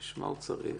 בשביל מה הוא צריך?